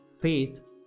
Faith